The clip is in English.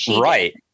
Right